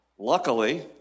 Luckily